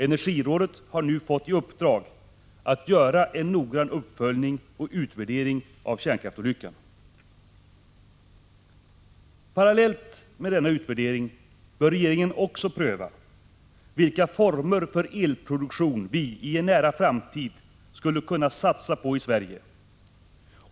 Energirådet har nu fått i uppdrag att göra en noggrann uppföljning och utvärdering av kärnkraftsolyckan. Parallellt med denna utvärdering bör regeringen också pröva vilka former för elproduktion vi i en nära framtid skulle kunna satsa på i Sverige.